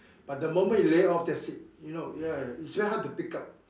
but the moment you lay off that's it you know ya it's very hard to pick up